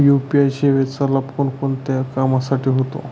UPI सेवेचा लाभ कोणकोणत्या कामासाठी होतो?